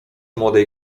młodej